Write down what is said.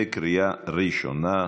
בקריאה ראשונה.